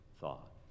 thought